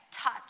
touch